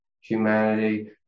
humanity